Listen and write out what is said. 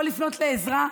יכול לפנות לעזרה,